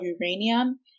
uranium